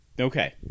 Okay